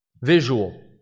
visual